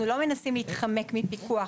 אנחנו לא מנסים להתחמק מפיקוח.